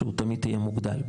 שהוא תמיד יהיה מוגדל.